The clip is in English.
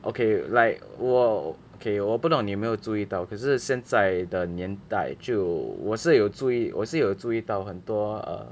okay like 我 okay 我不懂你有没有注意到可是现在的年代就我是有注意我是有注意到很多 err